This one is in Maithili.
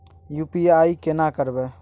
यु.पी.आई केना करबे?